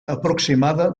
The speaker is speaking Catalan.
aproximada